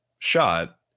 shot